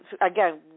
again